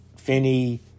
Finney